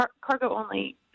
cargo-only